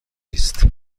نیست